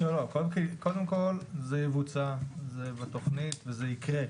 קודם כל זה יבוצע, זה בתוכנית, וזה יקרה.